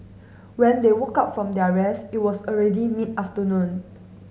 when they woke up from their rest it was already mid afternoon